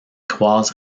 croise